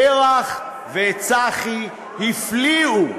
פרח וצחי הפליאו,